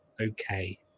okay